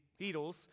Beatles